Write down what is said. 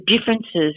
differences